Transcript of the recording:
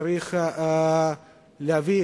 צריך להביא